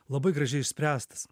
labai gražiai išspręstas